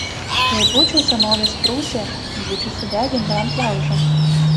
jei būčiau senovės prūsė būčiau sudeginta ant laužo